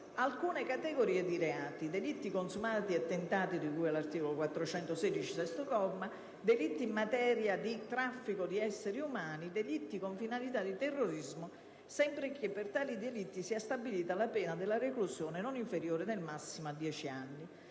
alcune categorie di reati: delitti consumati o tentati di cui all'articolo 416, sesto comma, in materia di traffico di essere umani, delitti con finalità di terrorismo sempre che per tali delitti sia stabilita la pena della reclusione non inferiore nel massimo a dieci anni.